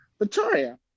victoria